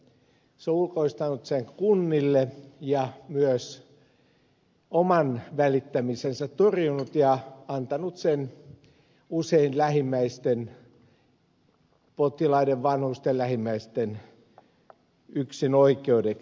se on ulkoistanut sen kunnille ja myös oman välittämisensä torjunut ja antanut sen usein potilaiden ja vanhusten lähimmäisten yksinoikeudeksi